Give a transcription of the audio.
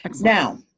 Now